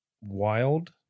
wild